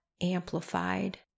amplified